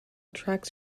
tracks